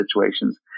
situations